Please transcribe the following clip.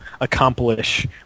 accomplish